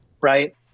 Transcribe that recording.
right